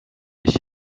ich